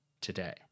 today